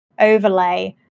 overlay